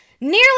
nearly